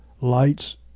lights